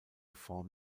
form